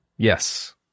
Yes